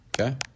Okay